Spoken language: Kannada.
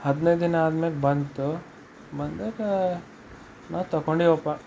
ಹದಿನೈದು ದಿನ ಆದಮೇಲೆ ಬಂತು ಬಂದಾಗ ನಾವು ತಕೊಂಡಿವಪ್ಪಾ